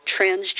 Transgender